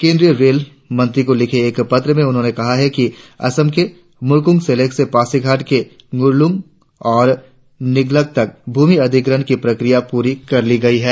केंद्रीय रेल मंत्री को लिखे एक पत्र में उन्होंने कहा कि असम के मूर्कोंग सेलेक से पासीघाट के डूरलूंग और निगलक तक भूमि अधिग्रहण की प्रक्रिया पूरी कर ली गई है